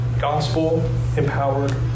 Gospel-empowered